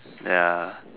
ya